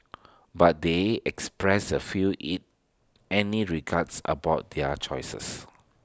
but they expressed A few IT any regrets about their choices